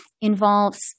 involves